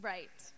Right